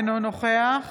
אינו נוכח